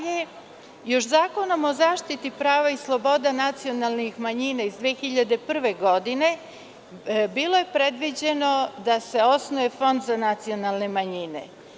Još je Zakonom o zaštiti prava i sloboda nacionalnih manjina iz 2001. godine bilo predviđeno da se osnuje fond za nacionalne manjine.